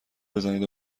بزنید